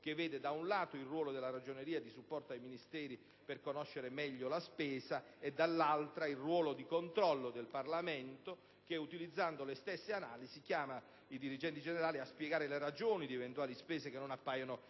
che vede da un lato il ruolo della Ragioneria di supporto ai Ministeri per conoscere meglio la spesa e, dall'altro, il ruolo di controllo del Parlamento che, utilizzando le stesse analisi, chiama i dirigenti generali a spiegare le ragioni di eventuali spese che non appaiono efficienti.